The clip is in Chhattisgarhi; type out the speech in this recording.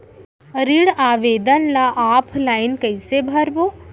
ऋण आवेदन ल ऑफलाइन कइसे भरबो?